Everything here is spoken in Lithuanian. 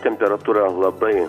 temperatūra labai